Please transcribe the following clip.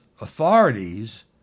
authorities